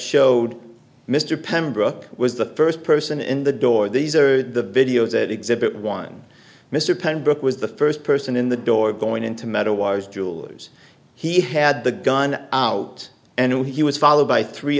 showed mr pembroke was the first person in the door these are the videos that exhibit one mr pembroke was the first person in the door going into meadow was jewelers he had the gun out and he was followed by three